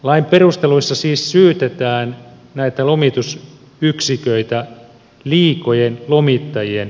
lain perusteluissa siis syytetään näitä lomitusyksiköitä liikojen lomittajien pitämisestä